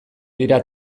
dira